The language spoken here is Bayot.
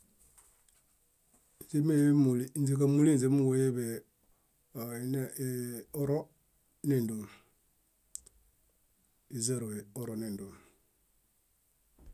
Źímeemuli ínźeġamulinźe múġueḃe ee- ene oro néndon, ízeruhe oro néndon.